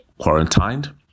quarantined